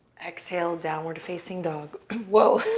exhale, downward facing dog.